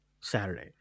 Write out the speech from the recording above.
saturday